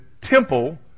temple